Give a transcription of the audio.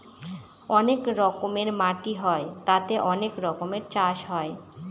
অনেক রকমের মাটি হয় তাতে অনেক রকমের চাষ হয়